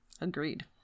Agreed